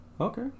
Okay